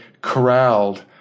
corralled